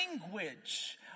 language